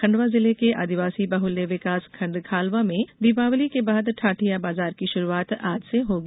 खंडवा जिले के आदिवासी बाहुल्य विकास खंड खालवा में दीपावली के बाद ठाटिया बाजार की शुरूआत आज से होगी